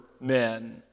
men